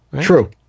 true